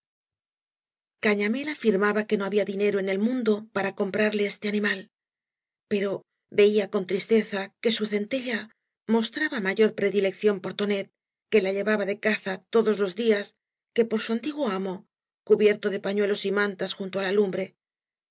cañamél afirmaba que no había dinero en el murdo para comprarle este animal pero veía con tristeza que su centella mostraba mayor predilección por tonet que la llevaba de caza todos los días que por su antiguo amo cubierto de pafiuelos y mantae junto á la lumbre